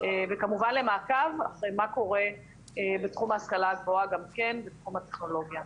וכמובן למעקב אחרי מה קורה בתחום ההשכלה הגבוהה גם כן בתחום הטכנולוגיה.